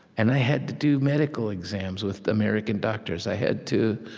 and i had to do medical exams with american doctors. i had to